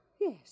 Yes